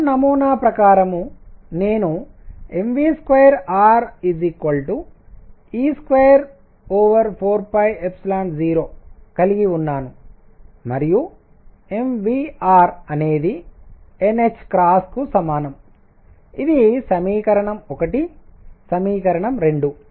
bore నమూనా ప్రకారం నేను mv2r e240 కలిగివున్నాను మరియు mvr అనేది nℏ కు సమానం ఇది సమీకరణం 1 సమీకరణం 2